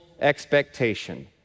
expectation